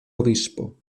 obispo